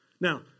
Now